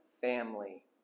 family